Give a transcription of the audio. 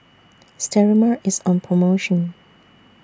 Sterimar IS on promotion